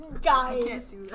guys